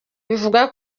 bivugwa